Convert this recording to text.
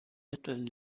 mitteln